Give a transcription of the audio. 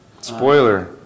Spoiler